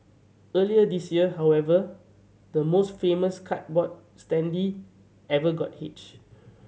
earlier this year however the most famous cardboard standee ever got hitched